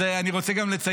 אז אני גם רוצה לציין,